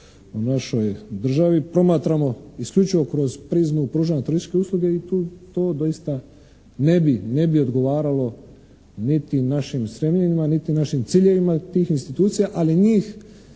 našoj državi, promatramo isključivo kroz prizmu pružanja turističke usluge i to doista ne bi odgovaralo niti našim stremljenjima niti našim ciljevima tih institucija. Ali njih